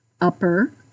upper